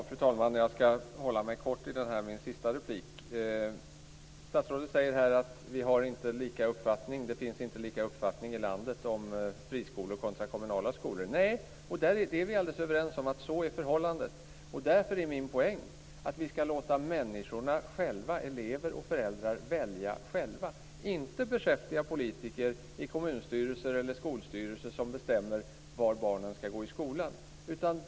Fru talman! Jag ska hålla mig kort i min sista replik. Statsrådet säger att vi inte har samma uppfattning. Det finns inte samma uppfattning i landet om friskolor kontra kommunala skolor. Nej, och vi är alldeles överens om att så är förhållandet. Därför är min poäng att vi ska låta människorna själva, elever och föräldrar, välja. Det ska inte vara beskäftiga politiker i kommunstyrelser eller skolstyrelser som bestämmer var barnen ska gå i skola.